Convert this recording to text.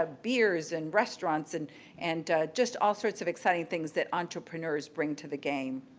ah beers, and restaurants and and just all sorts of exciting things that entrepreneurs bring to the game.